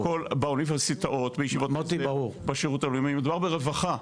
באוניברסיטאות, בשירות הלאומי, מדובר ברווחה.